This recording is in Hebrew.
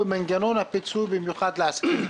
ובחיפה.